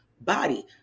body